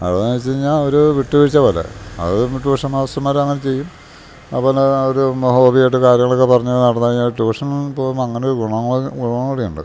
അഴിവെന്ന്ച്ചഴിഞ്ഞാൽ ഒരു വിട്ട് വിഴ്ച്ച പോലെ അത് ട്യൂഷൻ മാസ്റ്റർമാരങ്ങനെ ചെയ്യും അതുപോലെ ഒരു ഹോബിയായിട്ട് കാര്യങ്ങളൊക്കെ പറഞ്ഞ് നടന്നഴിഞ്ഞാൽ ട്യൂഷൻ പോകുമ്പം അങ്ങനൊരു ഗുണങ്ങൾ ഗുണം കൂടി ഉണ്ട്